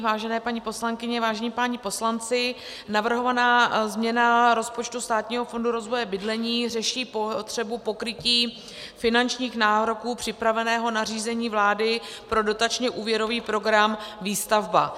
Vážené paní poslankyně, vážení páni poslanci, navrhovaná změna rozpočtu Státního fondu rozvoje bydlení řeší potřebu pokrytí finančních nároků připraveného nařízení vlády pro dotačněúvěrový program Výstavba.